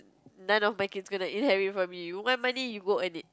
none of my kids gona inherit from me you want money you go earn it